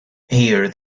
here